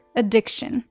addiction